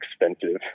expensive